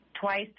twice